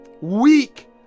weak